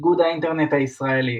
איגוד האינטרנט הישראלי,